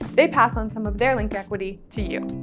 they pass on some of their link equity to you.